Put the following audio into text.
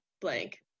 Blank